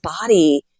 body